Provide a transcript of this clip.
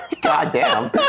Goddamn